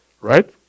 right